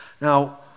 Now